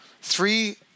three